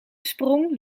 sprong